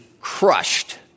crushed